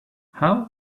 how